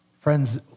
Friends